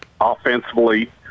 offensively